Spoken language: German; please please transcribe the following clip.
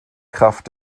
kraft